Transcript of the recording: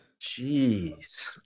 Jeez